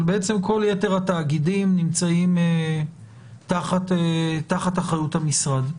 בעצם כל יתר התאגידים נמצאים תחת אחריות המשרד.